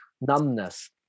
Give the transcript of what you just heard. numbness